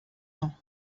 ans